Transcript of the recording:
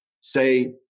say